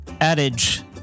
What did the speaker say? adage